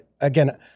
again